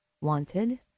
wanted